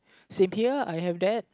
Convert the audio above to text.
same here I have that